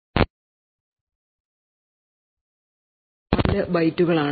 ഓരോ എൻക്ലേവിനും ഒരു എസ്ഇസിഎസ് ഉണ്ട് അത് ഓരോന്നും 4 കിലോ ബൈറ്റുകളാണ്